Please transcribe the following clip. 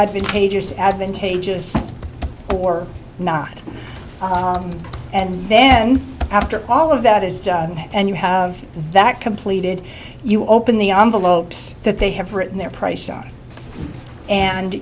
advantageous advantageous or not and then after all of that is done and you have that completed you open the on the lopes that they have written their price on and